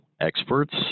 experts